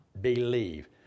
believe